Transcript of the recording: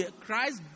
Christ